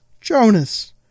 Jonas